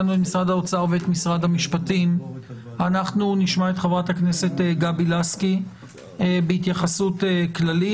נשמע את חברת הכנסת גבי לסקי בהתייחסות כללית.